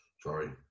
Sorry